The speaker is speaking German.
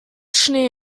schnee